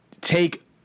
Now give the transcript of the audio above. take